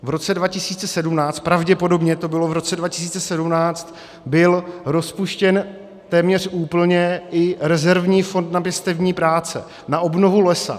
V roce 2017, pravděpodobně to bylo v roce 2017, byl rozpuštěn téměř úplně i rezervní fond na pěstební práce, na obnovu lesa.